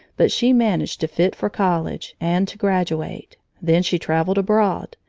but she managed to fit for college and to graduate. then she traveled abroad.